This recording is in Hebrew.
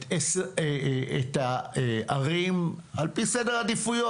את הערים על פי סדר עדיפויות.